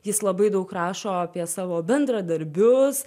jis labai daug rašo apie savo bendradarbius